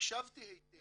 -- הקשבתי היטב.